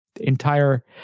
entire